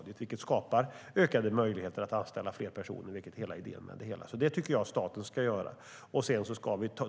Det skapar ökade möjligheter att anställa fler personer, vilket är hela idén med det hela. Det tycker jag att staten ska göra.